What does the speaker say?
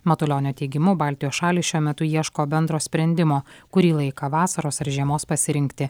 matulionio teigimu baltijos šalys šiuo metu ieško bendro sprendimo kurį laiką vasaros ar žiemos pasirinkti